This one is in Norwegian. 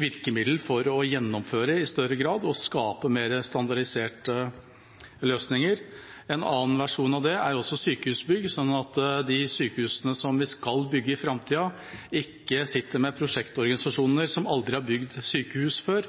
virkemiddel for å gjennomføre i større grad og skape mer standardiserte løsninger. En annen versjon av det er Sykehusbygg, så de sykehusene som vi skal bygge i framtida, ikke sitter med prosjektorganisasjoner som aldri har bygd sykehus før,